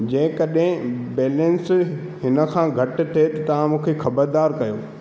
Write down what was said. जे कॾहिं बैलेंस हिन खां घटि थिए तव्हां मूंखे ख़बरदार कयो